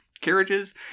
carriages